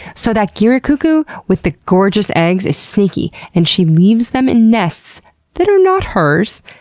so that guira cuckoo with the gorgeous eggs is sneaky and she leaves them in nests that are not hers!